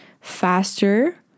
faster